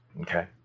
Okay